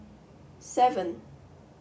seven